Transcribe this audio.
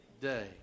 day